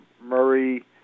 Murray